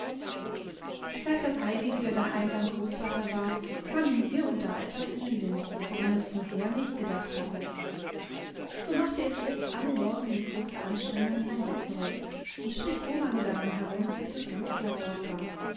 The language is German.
seit das heidi wieder daheim beim großvater war kam ihm hier und da etwas in den sinn woran es vorher nicht gedacht hatte so machte es jetzt alle morgen mit großer anstrengung sein bett zurecht und strich so lange daran herum bis es ganz glatt aussah